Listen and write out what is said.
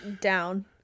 Down